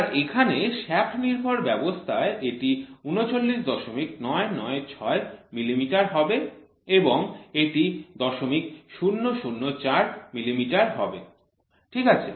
আর এখানে শ্য়াফ্ট নির্ভর ব্যবস্থায় এটি ৩৯৯৯৬ মিলিমিটার হবে এবং এটি ০০০৪ মিলিমিটার হবে ঠিক আছে